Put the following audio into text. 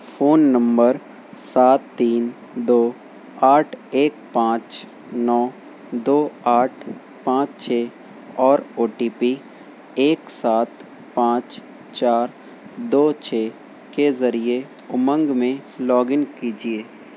phone number سات تین دو آٹھ ایک پانچ نو دو آٹھ پانچ چھ اور او ٹی پی ایک سات پانچ چار دو چھ کے ذریعے امنگ میں لاگ ان کیجیے